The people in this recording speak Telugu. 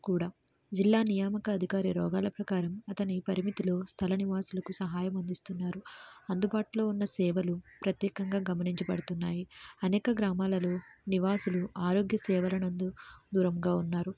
కూడా జిల్లా నియామక అధికారి రోగాల ప్రకారం అతని పరిమితులు స్థల నివాసులకు సహాయం అందిస్తున్నారు అందుబాటులో ఉన్న సేవలు ప్రత్యేకంగా గమనించబడుతున్నాయి అనేక గ్రామాలు నివాసులు ఆరోగ్య సేవల యందు దూరంగా ఉన్నారు